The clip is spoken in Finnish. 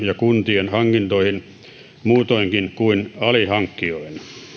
ja kuntien hankintoihin muutoinkin kuin alihankkijoina